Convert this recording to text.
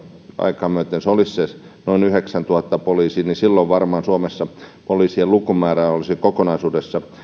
aikaa myöten noin yhdeksäntuhatta poliisia silloin varmaan suomessa poliisien lukumäärä olisi kokonaisuudessa